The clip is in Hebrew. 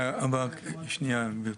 גברתי,